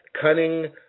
cunning